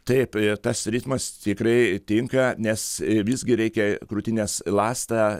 taip tas ritmas tikrai tinka nes visgi reikia krūtinės ląstą